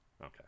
Okay